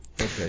Okay